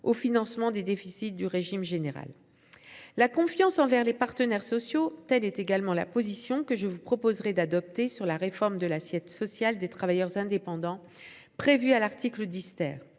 au financement des déficits du régime général. La confiance envers les partenaires sociaux, telle est également la position que je vous proposerai d’adopter sur la réforme de l’assiette sociale des travailleurs indépendants, prévue à l’article 10.